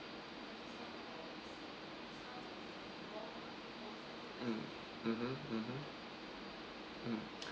mm mmhmm mmhmm mm